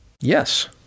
Yes